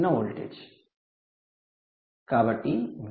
5 amps అయితే గరిష్ట load current point ఇక్కడ వస్తుంది